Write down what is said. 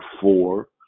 four